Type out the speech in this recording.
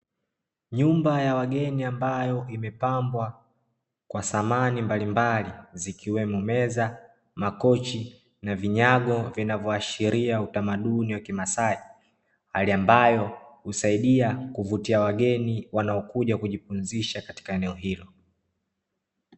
Nyumba ya wageni ambayo imepambwa kwa samani mbalimbali zikiwemo: meza, makochi na vinyago vinavyoashiria utamaduni wa kimasai. Hali ambayo husaidia kuvutia wageni wanaokuja kujipumzisha katika eneo hilo.